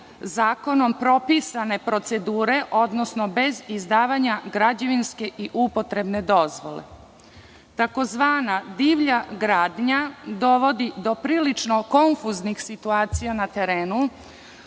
zakonom propisane procedure, odnosno bez izdavanja građevinske i upotrebne dozvole. Takozvana divlja gradnja dovodi do prilično kontuznih situacija na terenu,